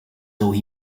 though